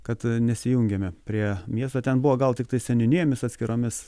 kad nesijungiame prie miesto ten buvo gal tiktai seniūnijomis atskiromis